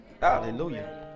Hallelujah